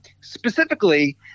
specifically